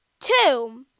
Two